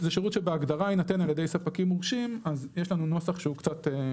שבהגדרה יינתן על ידי ספקים מורשים אז יש לנו נוסח אחר.